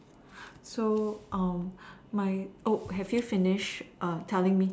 so um my oh have you finished err telling me